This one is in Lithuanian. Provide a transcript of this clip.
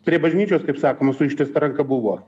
prie bažnyčios kaip sakoma su ištiesta ranka buvo